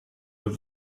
with